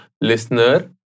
Listener